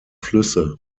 flüsse